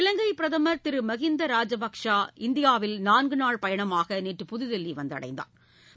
இலங்கை பிரதம் திரு மகிந்த ராஜபக்சா இந்தியாவில் ஐந்து நாள் பயணமாக நேற்று புதுதில்லி வந்தடைந்தாா்